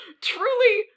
truly